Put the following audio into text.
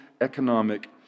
economic